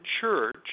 church